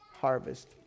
harvest